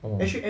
orh